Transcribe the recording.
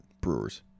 Brewers